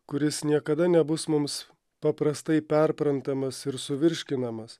kuris niekada nebus mums paprastai perprantamas ir suvirškinamas